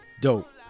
Dope